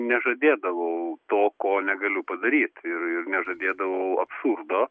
nežadėdavau to ko negaliu padaryt ir ir nežadėdavau absurdo